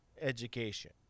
education